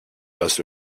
passe